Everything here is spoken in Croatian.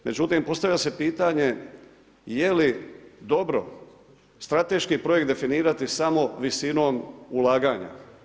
Međutim, postavlja se pitanje, je li dobro, strateški projekt definirati samo visinom ulaganja?